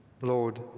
Lord